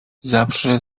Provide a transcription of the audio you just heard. zawsze